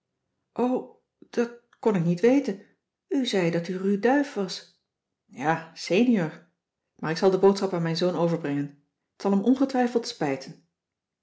dat kon ik niet weten u zei dat u ru duyf was ja senior maar ik zal de boodschap aan mijn zoon overbrengen t zal hem ongetwijfeld spijten